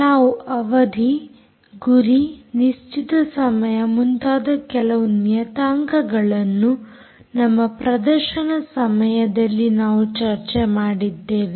ನಾವು ಅವಧಿ ಗುರಿ ನಿಶ್ಚಿತ ಸಮಯ ಮುಂತಾದ ಕೆಲವು ನಿಯತಾಂಕಗಳನ್ನು ನಮ್ಮ ಪ್ರದರ್ಶನದ ಸಮಯದಲ್ಲಿ ನಾವು ಚರ್ಚೆ ಮಾಡಿದ್ದೇವೆ